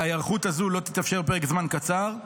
ההיערכות הזאת לא תתאפשר בפרק זמן קצר.